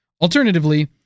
Alternatively